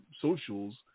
socials